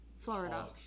Florida